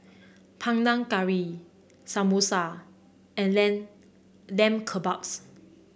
Panang Curry Samosa and Lam Lamb Kebabs